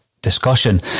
discussion